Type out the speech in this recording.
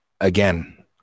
again